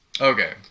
Okay